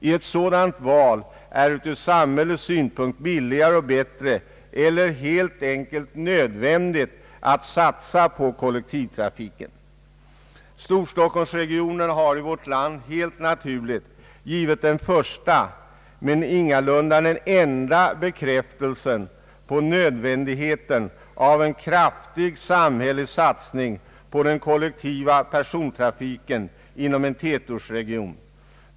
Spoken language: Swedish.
I ett sådant val är det från samhällets synpunkt billigare och bättre, eller helt enkelt nödvändigt, att satsa på kollektivtrafiken. Storstockholmsregionen har helt naturligt givit den första men ingalunda enda bekräftelsen på nödvändigheten av en kraftig samhällelig satsning på den kollektiva persontrafiken inom en tätortsregion.